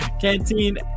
Canteen